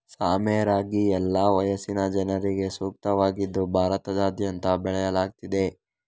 ಸಾಮೆ ರಾಗಿ ಎಲ್ಲಾ ವಯಸ್ಸಿನ ಜನರಿಗೆ ಸೂಕ್ತವಾಗಿದ್ದು ಭಾರತದಾದ್ಯಂತ ಬೆಳೆಯಲಾಗ್ತಿದೆ